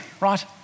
right